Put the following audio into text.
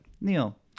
Neil